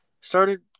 started